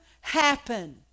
happen